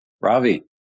Ravi